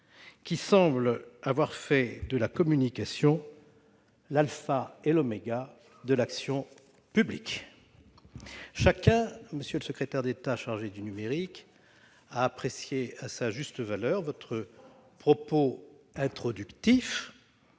qui semblent avoir fait de la communication l'alpha et l'oméga de l'action publique. Chacun d'entre nous, monsieur le secrétaire d'État chargé du numérique, a jugé à sa juste valeur votre propos introductif.